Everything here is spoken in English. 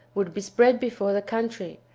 would be spread before the country,